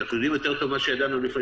אנחנו יודעים יותר טוב ממה שידענו לפני